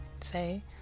say